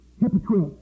Hypocrite